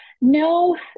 No